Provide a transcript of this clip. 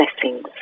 blessings